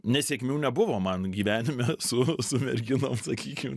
nesėkmių nebuvo man gyvenime su merginom sakykim